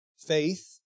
faith